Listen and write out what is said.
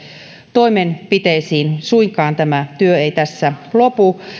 toimenpiteisiin suinkaan tämä työ ei tässä lopu